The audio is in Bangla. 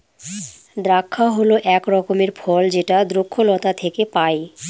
দ্রাক্ষা হল এক রকমের ফল যেটা দ্রক্ষলতা থেকে পায়